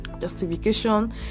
justification